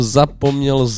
zapomněl